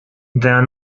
der